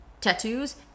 tattoos